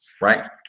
Right